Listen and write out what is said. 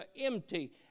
empty